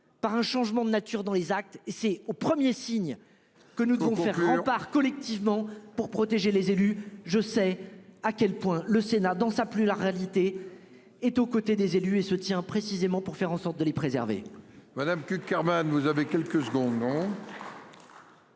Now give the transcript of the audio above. par un changement de nature dans les actes, c'est au 1er signe que nous devons faire rempart collectivement pour protéger les élus. Je sais à quel point le Sénat dans sa plus la réalité. Est aux côtés des élus et se tient précisément pour faire en sorte de les préserver.